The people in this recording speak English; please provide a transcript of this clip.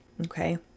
Okay